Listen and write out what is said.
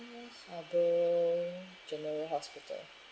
are both general hospital